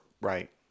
Right